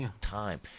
time